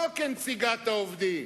לא כנציגת העובדים,